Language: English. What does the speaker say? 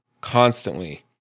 constantly